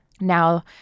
Now